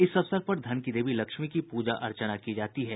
इस अवसर पर धन की देवी लक्ष्मी की पूजा अर्चना की जाती है